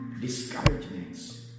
Discouragements